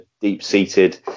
deep-seated